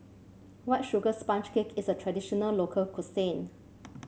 White Sugar Sponge Cake is a traditional local cuisine